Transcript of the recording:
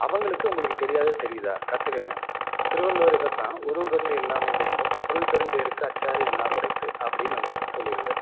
அவங்களுக்கு உங்களுக்கு தெரியாதது தெரியுதா கற்றுக்கங்க திருவள்ளுவர் இதைத்தான் உருகண்டு எள்ளாமை வேண்டும் உருள் பெருந்தேருக்கு அச்சாரி அன்னார் உடைத்து அப்படின்னு வந்து சொல்லிருக்கார்